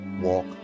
walk